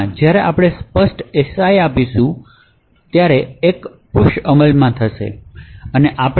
જ્યારે આપણે સ્પષ્ટ si આપીશું આ કિસ્સામાં એક પુશ અમલ થશે અને આપણે આ જોશું